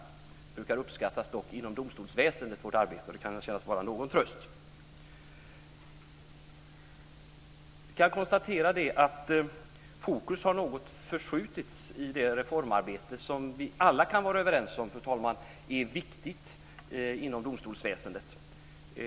Vårt arbete brukar dock uppskattas inom domstolsväsendet, och det kan kännas som någon tröst. Jag kan konstatera att fokus har något förskjutits i det reformarbete som vi alla kan vara överens om, fru talman, är viktigt inom domstolsväsendet.